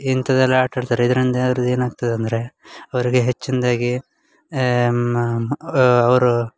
ಇಂಥದ್ದೆಲ್ಲ ಆಟಾಡ್ತಾರೆ ಇದರಿಂದ ಅವ್ರದು ಏನಾಗ್ತದೆ ಅಂದರೆ ಅವ್ರಿಗೆ ಹೆಚ್ಚಿನದಾಗಿ ಅವರು